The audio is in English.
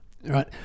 right